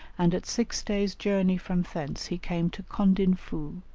and at six days' journey from thence he came to condinfoo,